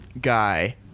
Guy